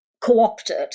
co-opted